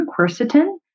quercetin